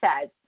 says